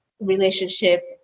relationship